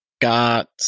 got